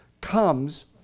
comes